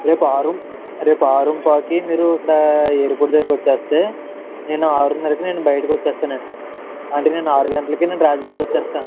రేపు ఆరుంపావుకి మీరు అక్కడ ఎయిర్పోర్ట్ దగ్గరకు వస్తే నేను ఆరున్నరకు నేను బయటకు వస్తాను అండి అంటే నేను ఆరుగంటలకు రాజమండ్రి వస్తాను